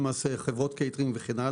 חברות קייטרינג וכו'